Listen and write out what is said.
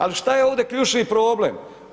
Ali šta je ovdje ključni problem?